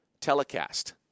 telecast